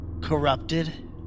Corrupted